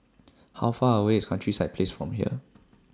How Far away IS Countryside Place from here